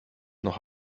noch